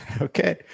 Okay